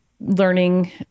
learning